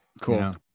Cool